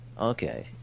Okay